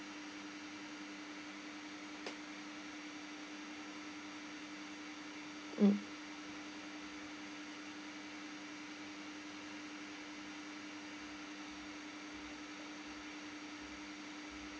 mm